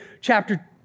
chapter